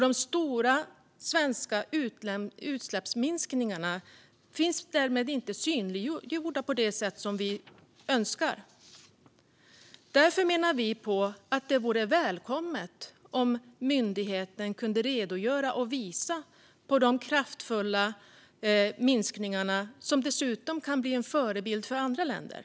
De stora svenska utsläppsminskningarna är därmed inte synliggjorda på det sätt som vi önskar. Det vore därför, menar vi, välkommet om myndigheten kunde redogöra för och visa på de kraftfulla minskningarna, som dessutom kan tjäna som förebild för andra länder.